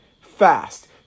fast